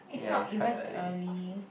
it's not even early